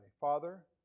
Father